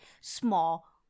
small